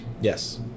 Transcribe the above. Yes